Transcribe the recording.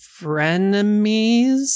frenemies